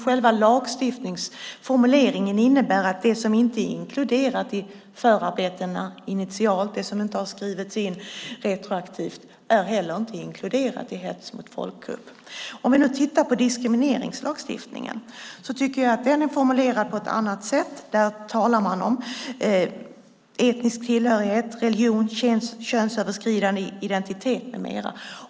Själva lagstiftningsformuleringen innebär ju att det som inte initialt är inkluderat i förarbetena och det som inte har skrivits in retroaktivt inte heller är inkluderat i hets mot folkgrupp. Vi kan titta på diskrimineringslagstiftningen. Jag tycker att den är formulerad på ett annat sätt. Där talar man om etnisk tillhörighet, religion, könsöverskridande identitet med mera.